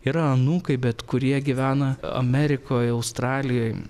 yra anūkai bet kurie gyvena amerikoj australijoj